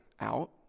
out